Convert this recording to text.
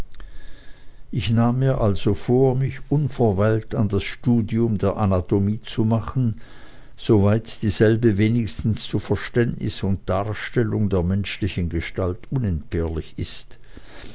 ich nahm mir also vor mich unverweilt an das studium der anatomie zu machen soweit dieselbe wenigstens zu verständnis und darstellung der menschlichen gestalt unentbehrlich ist